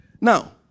Now